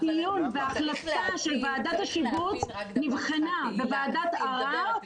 הדיון וההחלטה של ועדת השיבוץ נבחנה בוועדת ערר.